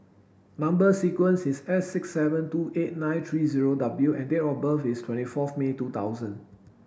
number sequence is S six seven two eight nine three zero W and date of birth is twenty forth May two thousand